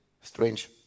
strange